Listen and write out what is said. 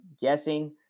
guessing